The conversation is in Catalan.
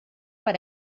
per